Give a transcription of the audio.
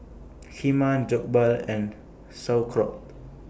Kheema Jokbal and Sauerkraut